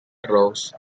rose